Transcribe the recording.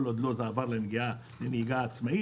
כל עוד הוא לא עבר לנהיגה עצמאית,